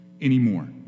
anymore